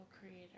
creator